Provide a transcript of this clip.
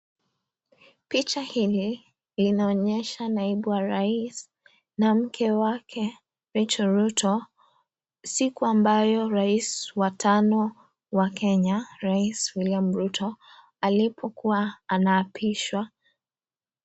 Picha hili linaonyesha naibu wa rais na mke wake Rachel Ruto, siku ambayo rais wa tano wa Kenya rais William Ruto alipokuwa anaapishwa.